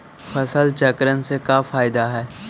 फसल चक्रण से का फ़ायदा हई?